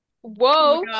Whoa